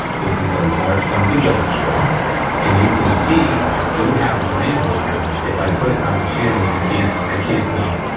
this is the large dunkin donuts straw and you can see i do have one in here if i put it down the channel, i can't i can't go,